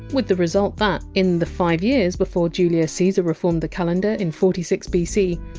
with the result that, in the five years before julius caesar reformed the calendar in forty six bc,